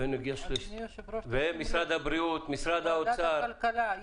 אדוני יושב-ראש ועדת הכלכלה,